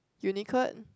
Unicurd